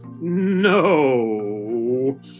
No